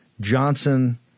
Johnson